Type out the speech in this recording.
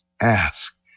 Ask